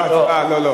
לא.